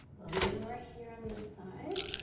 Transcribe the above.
a little bit more here on this side.